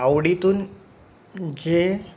आवडीतून जे